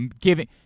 giving –